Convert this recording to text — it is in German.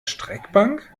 streckbank